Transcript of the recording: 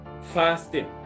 fasting